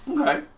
Okay